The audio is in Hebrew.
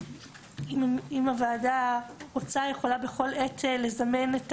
אם הוועדה רוצה היא יכולה בכל עת לזמן את